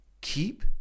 Keep